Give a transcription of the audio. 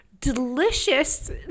delicious